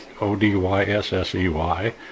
o-d-y-s-s-e-y